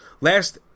Last